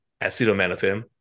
acetaminophen